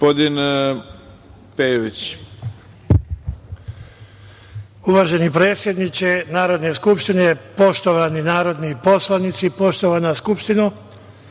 **Duško Pejović** Uvaženi predsedniče Narodne skupštine, poštovani narodni poslanici, poštovana Skupštino,